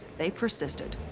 they persisted.